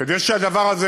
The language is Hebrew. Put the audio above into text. כדי שהדבר הזה